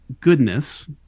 goodness